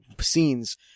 scenes